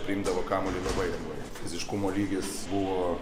priimdavo kamuolį labai lengvai fiziškumo lygis buvo